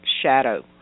shadow